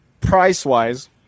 price-wise